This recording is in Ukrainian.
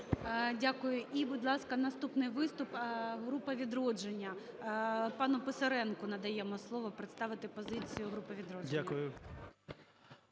Дякую. І, будь ласка, наступний виступ – група "Відродження". Пану Писаренку надаємо слово представити позицію групи "Відродження".